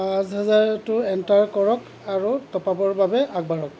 পাঁচ হাজাৰটো এণ্টাৰ কৰক আৰু টপআপৰ বাবে আগবাঢ়ক